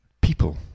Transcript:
people